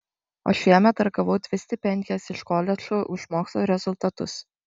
o šiemet dar gavau dvi stipendijas iš koledžo už mokslo rezultatus